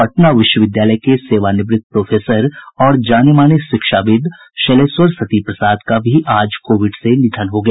पटना विश्वविद्यालय के सेवानिवृत्त प्रोफेसर और जाने माने शिक्षाविद् शैलेश्वर सती प्रसाद का भी आज कोविड से निधन हो गया